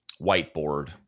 whiteboard